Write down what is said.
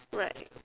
right